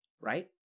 Right